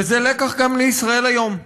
וזה לקח גם לישראל היום.